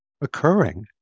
occurring